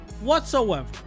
whatsoever